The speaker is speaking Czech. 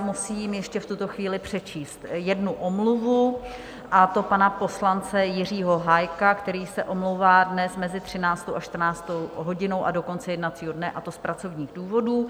Musím ještě v tuto chvíli přečíst jednu omluvu, a to pana poslance Jiřího Hájka, který se omlouvá dnes mezi 13. a 14. hodinou a do konce jednacího dne, a to z pracovních důvodů.